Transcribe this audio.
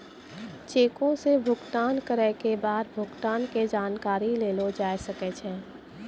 चेको से भुगतान करै के बाद भुगतान के जानकारी लेलो जाय सकै छै